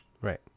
Right